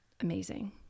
amazing